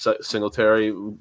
Singletary